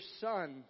son